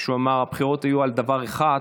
כשהוא אמר שהבחירות יהיו על דבר אחד,